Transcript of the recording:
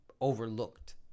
overlooked